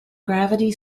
gravity